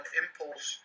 impulse